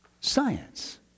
science